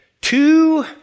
two